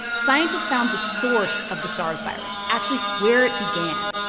scientists found the source of the sars virus actually where it began.